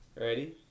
Ready